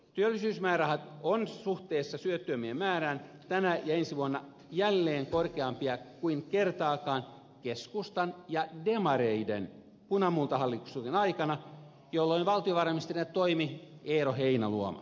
työllisyysmäärärahat ovat suhteessa työttömien määrään tänä ja ensi vuonna jälleen korkeampia kuin kertaakaan keskustan ja demareiden punamultahallitusten aikana jolloin valtiovarainministerinä toimi eero heinäluoma